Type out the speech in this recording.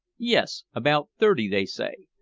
yes about thirty, they say.